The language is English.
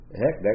heck